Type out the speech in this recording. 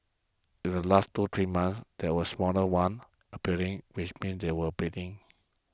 in the last two three months there was smaller one appearing which means they are breeding